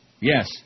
Yes